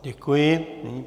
Děkuji.